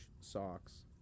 socks